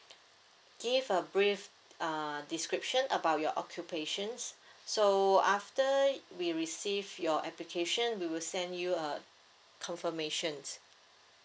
give a brief uh description about your occupation so after we receive your application we will send you a confirmation